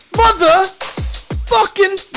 motherfucking